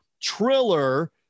triller